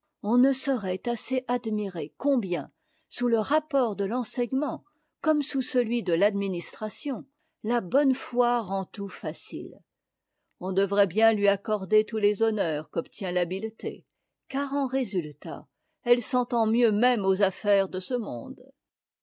on ne saurait assez admirer combien sous le rapport de renseignement comme sous celui de l'administration la bonne foi rend tout facile on devrait bien lui accorder tous les honneurs qu'obtient l'habileté car en résultat elle s'entend mieux même aux affaires de ce monde